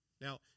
Now